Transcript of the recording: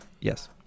Yes